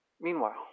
Meanwhile